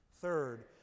Third